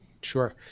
Sure